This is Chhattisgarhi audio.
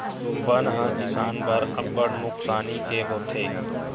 बन ह किसान बर अब्बड़ नुकसानी के होथे